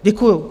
Děkuju.